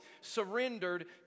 surrendered